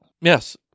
Yes